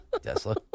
Tesla